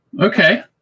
Okay